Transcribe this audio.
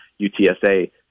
UTSA